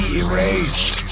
erased